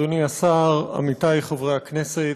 אדוני השר, עמיתי חברי הכנסת,